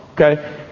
Okay